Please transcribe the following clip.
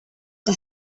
que